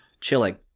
Chilling